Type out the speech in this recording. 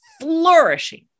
flourishing